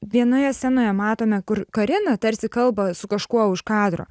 vienoje scenoje matome kur karina tarsi kalba su kažkuo už kadro